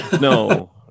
No